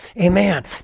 Amen